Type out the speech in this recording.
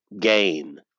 gain